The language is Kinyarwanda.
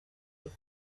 neza